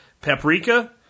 paprika